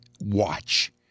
watch